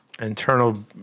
internal